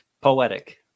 Poetic